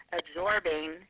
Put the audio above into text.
absorbing